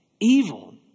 evil